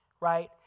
right